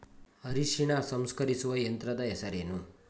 ಅರಿಶಿನ ಸಂಸ್ಕರಿಸುವ ಯಂತ್ರದ ಹೆಸರೇನು?